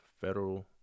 federal